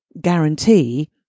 guarantee